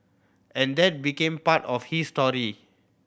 and that became part of his story